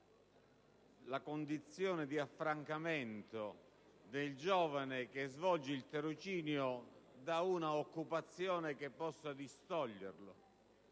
la condizione di affrancamento del giovane che svolge il tirocinio da un'occupazione che possa distoglierlo,